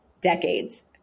decades